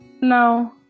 No